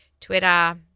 Twitter